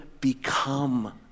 become